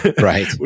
Right